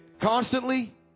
constantly